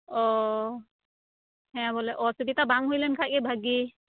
ᱚᱻ ᱦᱮᱸ ᱵᱚᱞᱮ ᱚᱥᱵᱤᱛᱟ ᱵᱟᱝ ᱦᱩᱭᱞᱮᱱ ᱠᱷᱟᱡ ᱜᱮ ᱵᱷᱟᱜᱤ